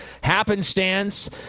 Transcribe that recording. happenstance